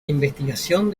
investigación